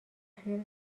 خیر